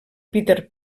peter